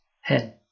head